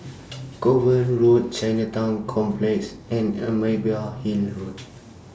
Kovan Road Chinatown Complex and Imbiah Hill Road